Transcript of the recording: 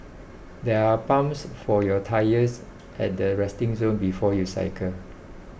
there are pumps for your tyres at the resting zone before you cycle